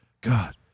god